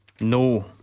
No